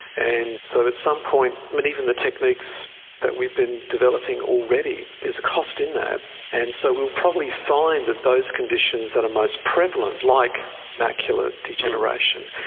and so at some point but even the techniques that we've been developing already, there's a cost in that, and so we'll probably find that those conditions that are most prevalent, like macular degeneration,